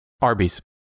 Arby's